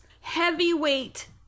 heavyweight